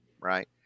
right